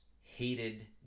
hated